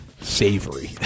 savory